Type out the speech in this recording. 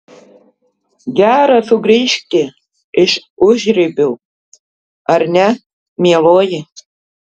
gera sugrįžti iš užribių ar ne mieloji